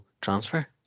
transfer